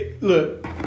Look